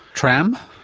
tram?